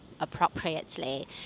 appropriately